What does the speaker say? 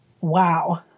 Wow